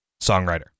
songwriter